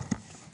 שלו?